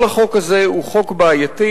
כל החוק הזה הוא חוק בעייתי,